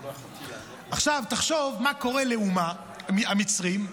עכשיו, תחשוב, מה קורה לאומה, למצרים: